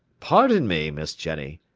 pardon me, miss jenny,